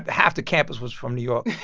half the campus was from new york,